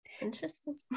interesting